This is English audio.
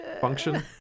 function